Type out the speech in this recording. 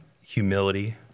humility